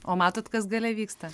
o matot kas gale vyksta